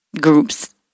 groups